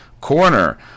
corner